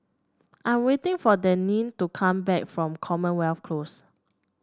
I'm waiting for Denine to come back from Commonwealth Close